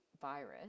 virus